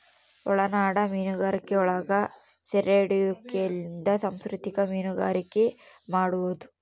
ಒಳನಾಡ ಮೀನುಗಾರಿಕೆಯೊಳಗ ಸೆರೆಹಿಡಿಯುವಿಕೆಲಿಂದ ಸಂಸ್ಕೃತಿಕ ಮೀನುಗಾರಿಕೆ ಮಾಡುವದು